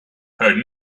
heard